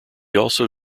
also